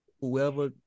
Whoever